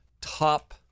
top